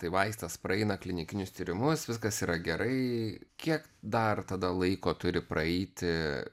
tai vaistas praeina klinikinius tyrimus viskas yra gerai kiek dar tada laiko turi praeiti